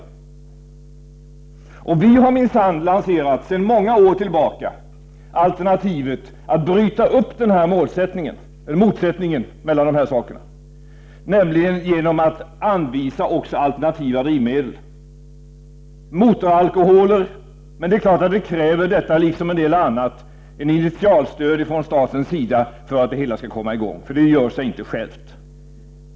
Vi har minsann sedan många år tillbaka lanserat alternativet att bryta upp motsättningen mellan dessa saker genom att anvisa också alternativa drivmedel, t.ex. motoralkoholer. Men det är klart att detta, liksom en del annat, kräver ett initialstöd från statens sida för att komma i gång. Det gör sig inte självt.